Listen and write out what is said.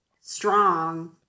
strong